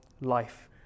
life